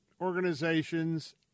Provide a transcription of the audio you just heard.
organizations